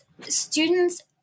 students